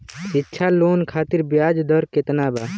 शिक्षा लोन खातिर ब्याज दर केतना बा?